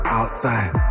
outside